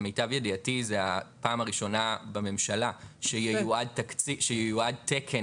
למיטב ידיעתי זו הפעם הראשונה בממשלה שייועד תקן